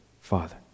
father